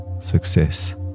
success